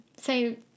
say